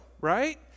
right